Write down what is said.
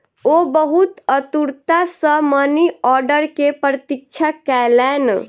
ओ बहुत आतुरता सॅ मनी आर्डर के प्रतीक्षा कयलैन